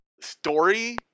story